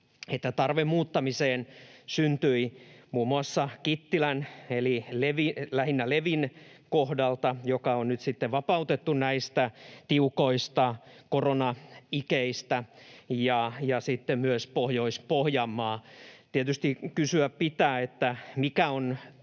tarve muuttamiseen syntyi muun muassa Kittilän eli lähinnä Levin kohdalta, joka on nyt vapautettu näistä tiukoista koronaikeistä ja sitten myös Pohjois-Pohjanmaa. Tietysti kysyä pitää, mikä on tilanne